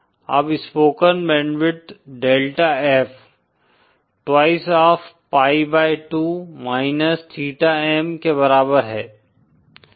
अब spoken bandwidth delta F twice of pi by 2 minus theta M के बराबर है